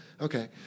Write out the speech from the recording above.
Okay